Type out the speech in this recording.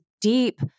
deep